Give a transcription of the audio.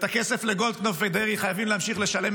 ואת הכסף לגולדקנופ ודרעי חייבים להמשיך לשלם,